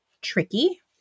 tricky